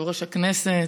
יושב-ראש הכנסת,